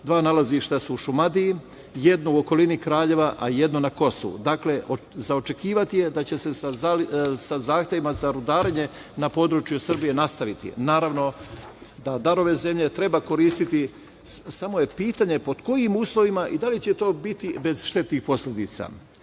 dva nalazišta su u Šumadiji, jedno u okolini Kraljeva, a jedno na Kosovu. Dakle, za očekivati je da će se sa zahtevima za rudarenje na području Srbije nastaviti. Naravno da darove zemlje treba koristiti samo je pitanje pod kojim uslovima i da li će to biti bez štetnih posledica. Pošto